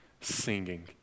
singing